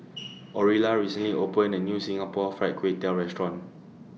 Orilla recently opened A New Singapore Fried Kway Tiao Restaurant